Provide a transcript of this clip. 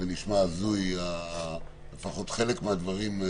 זה נשמע הזוי, לפחות חלק מהדברים,